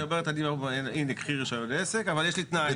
היא אומרת הנה, קחי רישיון עסק, אבל יש לי תנאי.